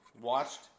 Watched